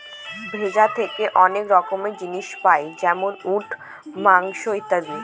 ভেড়া থেকে অনেক রকমের জিনিস পাই যেমন উল, মাংস ইত্যাদি